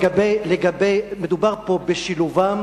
מדובר פה בשילובם